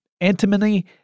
antimony